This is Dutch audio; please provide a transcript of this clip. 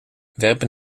werpen